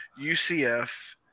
UCF